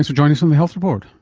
so joining us on the health report.